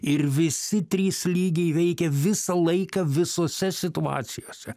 ir visi trys lygiai veikia visą laiką visose situacijose